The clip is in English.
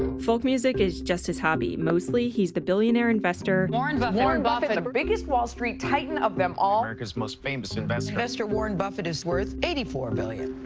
folk music is just his hobby. mostly, he's the billionaire investor. warren but warren buffett. and biggest wall street titan of them all. america's most famous investor. investor warren buffett is worth eighty four billion.